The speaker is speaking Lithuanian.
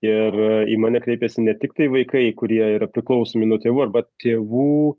ir į mane kreipiasi ne tiktai vaikai kurie yra priklausomi nuo tėvų arba tėvų